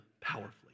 powerfully